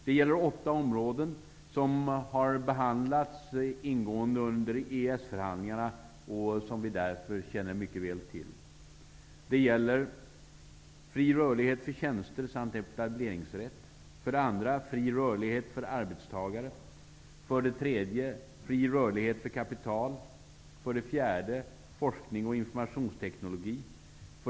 Det gäller 8 områden som har behandlats ingående under EES förhandlingarna och som vi därför mycket väl känner till.